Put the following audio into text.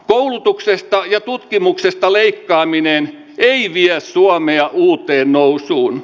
koulutuksesta ja kokemuksesta leikkaaminen teini iän tuomia uuteen nousuun